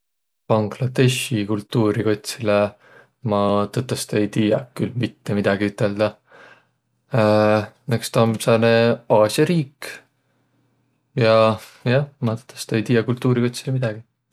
Bangladeshi kultuuri kotsilõ ma tõtõstõ ei tiiäq külh mitte midägi üteldäq. No eks tä om sääne Aasia riik. Jaa, jah, tõtõstõ ei tiiäq taa kultuuri kotsilõ midägi.